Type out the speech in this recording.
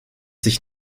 sich